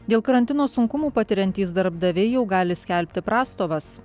dėl karantino sunkumų patiriantys darbdaviai jau gali skelbti prastovas